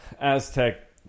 Aztec